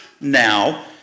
now